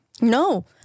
No